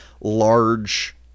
large